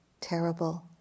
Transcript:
terrible